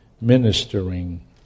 ministering